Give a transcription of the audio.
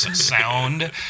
sound